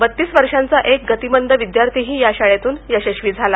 बत्तीस वर्षांचा एक गतिमंद विद्यार्थीही या शाळेतून यशस्वी झाला